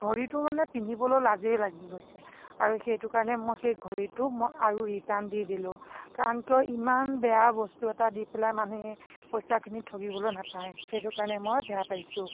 ঘড়ীটো মানে পিন্ধিবলৈ লাজেই লাগি গৈছে আৰু সেইটো কাৰণে মই সেই ঘড়ীটো মই আৰু ৰিটাৰ্ণ দি দিলোঁ কাৰণ কিয় ইমান বেয়া বস্তু এটা দি পেলাই মানে পইচাখিনি ঠগিবলৈ নাপায় সেইটো কাৰণে মই বেয়া পাইছোঁ